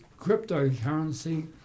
cryptocurrency